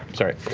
sorry.